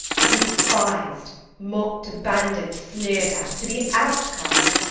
to be despised, mocked, abandoned, sneered at to be an outcast!